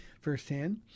firsthand